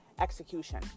execution